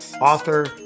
author